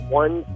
one